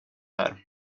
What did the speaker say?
här